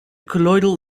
colloidal